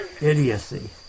idiocy